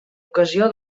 ocasió